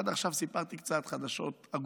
עד עכשיו סיפרתי קצת חדשות עגומות,